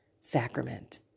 sacrament